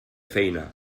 feina